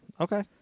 Okay